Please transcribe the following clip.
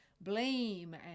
blame